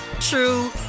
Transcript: true